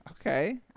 Okay